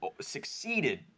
succeeded